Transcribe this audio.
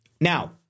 Now